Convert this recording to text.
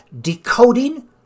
decoding